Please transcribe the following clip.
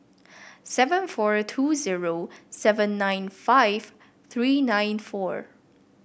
seven four two zero seven nine five three nine four